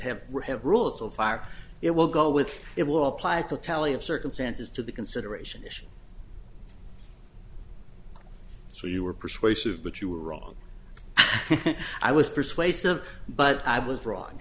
have have ruled so far it will go with it will apply to a tally of circumstances to the consideration so you were persuasive but you were wrong i was persuasive but i was